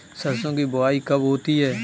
सरसों की बुआई कब होती है?